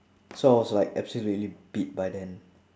so I was like absolutely beat by then